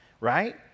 right